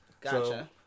Gotcha